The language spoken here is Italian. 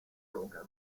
logan